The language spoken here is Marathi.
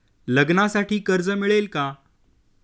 लग्नासाठी कर्ज मिळेल का?